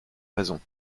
raison